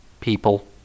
people